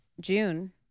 June